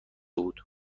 بود